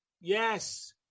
Yes